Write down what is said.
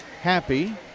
happy